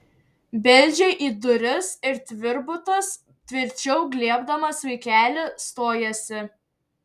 beldžia į duris ir tvirbutas tvirčiau glėbdamas vaikelį stojasi